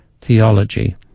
theology